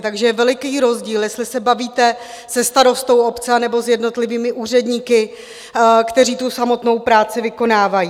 Takže je veliký rozdíl, jestli se bavíte se starostou obce, anebo s jednotlivými úředníky, kteří tu samotnou práci vykonávají.